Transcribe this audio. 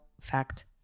fact